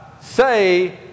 say